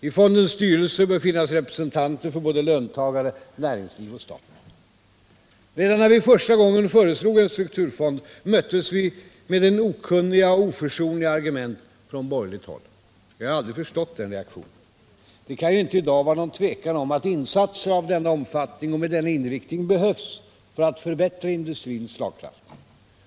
I fondens styrelse bör finnas representanter för både löntagare, näringsliv och staten. Redan när vi första gången föreslog en strukturfond möttes vi med okunniga och oförsonliga argument från borgerligt håll. Jag har aldrig förstått den reaktionen. Det kan ju i dag inte vara någon tvekan om att insatser av denna omfattning och med denna inriktning behövs för att förbättra industrins slagkraft.